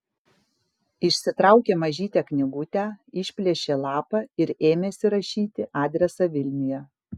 išsitraukė mažytę knygutę išplėšė lapą ir ėmėsi rašyti adresą vilniuje